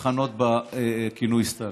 לכנות בכינוי סטלין.